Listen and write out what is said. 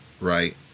right